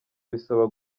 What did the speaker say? bisaba